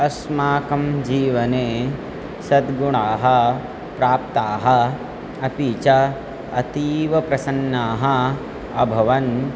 अस्माकं जीवने सद्गुणाः प्राप्ताः अपि च अतीवप्रसन्नाः अभवन्